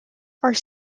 are